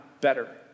better